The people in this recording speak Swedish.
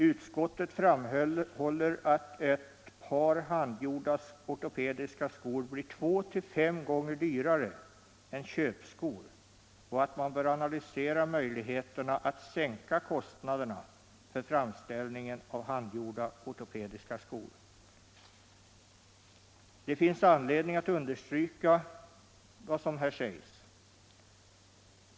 Utskottet framhåller att ett par handgjorda ortopediska skor blir två till fem gånger dyrare än köpskor och att man bör analysera möjligheterna att sänka kostnaderna för framställning av handgjorda ortopediska skor. Det finns anledning att understryka detta.